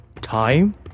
Time